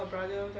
ya